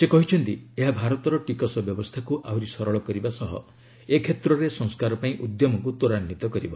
ସେ କହିଛନ୍ତି ଏହା ଭାରତର ଟିକସ ବ୍ୟବସ୍ଥାକୁ ଆହୁରି ସରଳ କରିବା ସହ ଏ କ୍ଷେତ୍ରରେ ସଂସ୍କାର ପାଇଁ ଉଦ୍ୟମକୁ ତ୍ୱରାନ୍ୱିତ କରିବ